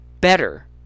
better